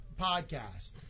podcast